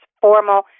formal